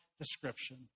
description